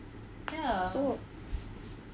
so